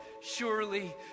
surely